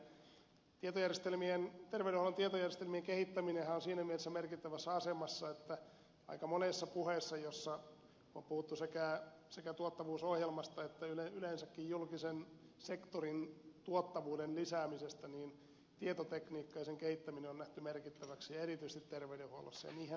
terveydenhuollon tietojärjestelmien kehittäminenhän on siinä mielessä merkittävässä asemassa että aika monessa puheessa jossa on puhuttu sekä tuottavuusohjelmasta että yleensäkin julkisen sektorin tuottavuuden lisäämisestä tietotekniikka ja sen kehittäminen on nähty merkittäväksi ja erityisesti terveydenhuollossa ja niinhän se onkin